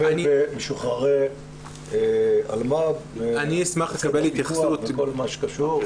במשוחררי אלמ"ב מבחינת פיקוח ולכל מה שקשור.